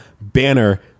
Banner